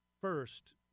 first